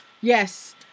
yes